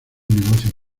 negocios